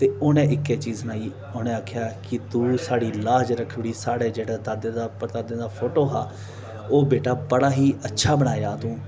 ते उनें इक्कै चीज सनाई उनें आखेआ कि तू साढ़ी लाज रक्खी उड़ी साढ़ै जेह्ड़ा दादे दा परदादे दा फोटो हा ओह बेटा बड़ा ही अच्छा बनाया तूं